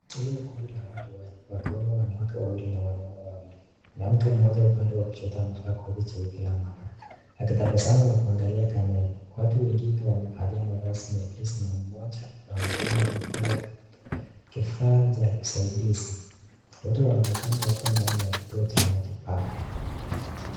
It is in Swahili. Hili ni kundi la watu wanne wakiwemo wanawake wawili na wanaume wawili, mwanamke mmoja upande wa kushoto amevaa koti jeupe la maabara akitabasamu na kuangalia camera watu wengine wamevalia mavazi mepesi na mmoja anaonekana amefungwa katika kifaa cha usaidizi, wote wanaonekana wako ndani ya kituo cha matibabu.